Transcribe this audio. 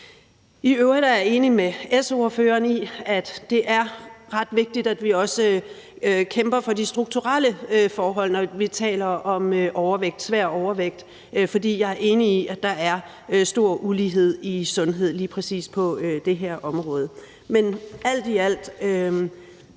I øvrigt er jeg enig med S-ordføreren i, at det er ret vigtigt, at vi også kæmper for de strukturelle forhold, når vi taler om svær overvægt. For jeg er enig i, at der er stor ulighed i sundhed lige præcis på det her område. Alt i alt